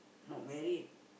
not married